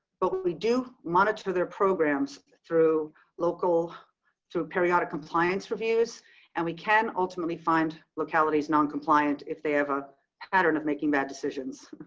but we do monitor their programs through local through periodic compliance reviews and we can ultimately find localities non compliant if they have a pattern of making bad decisions.